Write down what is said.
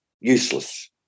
Useless